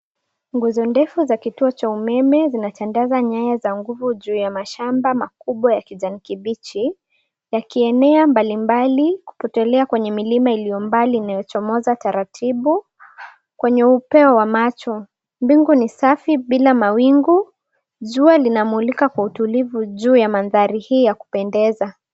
Nguzo ndefu za kituo cha umeme zinatandaza nyaya za nguvu juu ya mashamba makubwa ya kijani kibichi yakienea mbalimbali kupotelea kwenye milima iliyo mbali iliyochomoza taratibu. Kwenye upeo wa macho bingu ni safi bila mawingu. Jua linamulika kwa utulivu juu ya mandhari hii ya kupendeza.